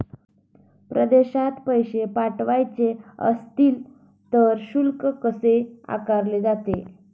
परदेशात पैसे पाठवायचे असतील तर शुल्क कसे आकारले जाते?